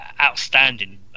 outstanding